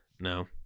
No